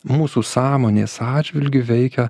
mūsų sąmonės atžvilgiu veikia